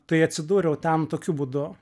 tai atsidūriau tam tokiu būdu